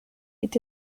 est